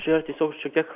čia kitoks šiek tiek